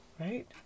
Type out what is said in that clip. Right